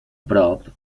prop